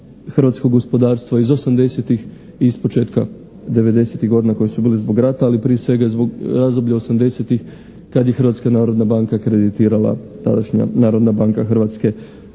hrvatskog gospodarstva iz 80-ih i s početka 90-ih godina koji su bili zbog rata, ali prije svega zbog razdoblja 80-ih kad je Hrvatska narodna banka kreditirala, tadašnja Narodna banka Hrvatske mnoge